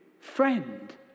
friend